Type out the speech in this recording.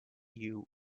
you